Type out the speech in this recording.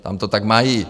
Tam to tak mají.